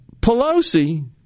Pelosi